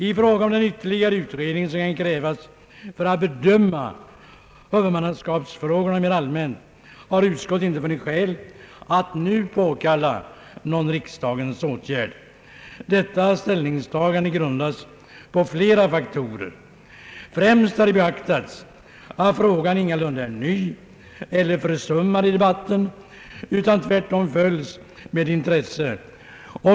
I fråga om den ytterligare utredning som kan krävas för att bedöma huvudmannaskapsfrågan mera allmänt har utskottet inte funnit skäl att nu påkalla någon riksdagens åtgärd. Detta ställningstagande grundas på flera faktorer. Främst har vi beaktat att frågan ingalunda är ny eller försummad i debatten utan tvärtom följs med intresse.